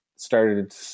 Started